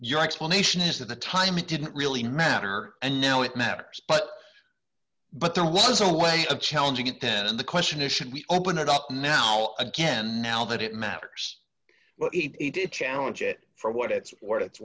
your explanation is that the time it didn't really matter and now it matters but but there was no way of challenging it then and the question is should we open it up now again now that it matters what he did challenge it for what its